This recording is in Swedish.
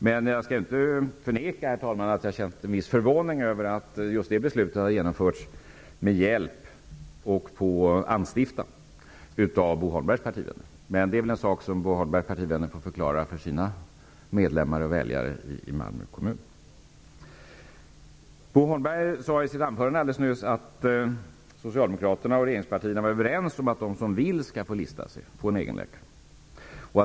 Herr talman! Jag skall inte förneka att jag har känt en viss förvåning över att just det beslutet har genomförts med hjälp och på anstiftan av Bo Holmbergs partivänner. Det är en sak som Bo Holmbergs partivänner får förklara för sina medlemmar och väljare i Malmö kommun. Bo Holmberg sade i sitt anförande alldeles nyss att Socialdemokraterna och regeringspartierna var överens om att de som vill skall få lista sig för en egen läkare.